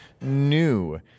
new